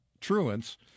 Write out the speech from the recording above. truants